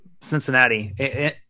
Cincinnati